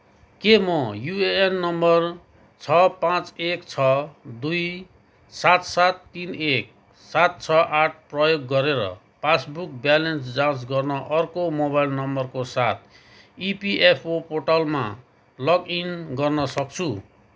के म UAN number छ पाँच एक छ दुई सात सात तिन एक सात छ आट प्रयोग गरेर पासबुक ब्यालेन्स जाँच गर्न अर्को मोबाइल नम्बरको साथ इपिएफओ पोर्टलमा लगइन गर्न सक्छु